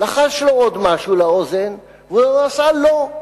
לחש לו עוד משהו לאוזן, והוא עשה "לא".